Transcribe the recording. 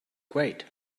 great